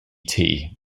tea